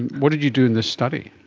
what did you do in this study?